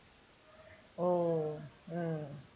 oh mm